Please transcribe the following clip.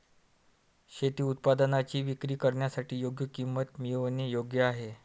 शेती उत्पादनांची विक्री करण्यासाठी योग्य किंमत मिळवणे योग्य आहे